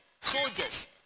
soldiers